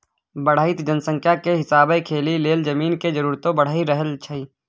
बढ़इत जनसंख्या के हिसाबे खेती लेल जमीन के जरूरतो बइढ़ रहल छइ